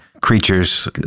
creatures